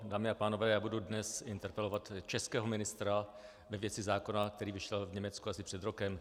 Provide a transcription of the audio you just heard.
Dámy a pánové, já budu dnes interpelovat českého ministra ve věci zákona, který vyšel v Německu asi před rokem.